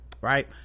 right